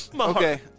Okay